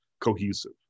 cohesive